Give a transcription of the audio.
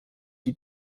die